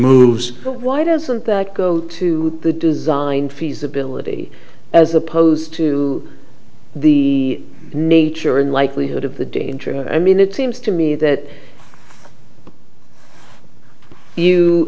doesn't that go to the design feasibility as opposed to the nature and likelihood of the danger i mean it seems to me that you